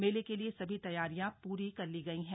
मेले के लिए सभी तैयारियां पूरी कर ली गई हैं